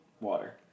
water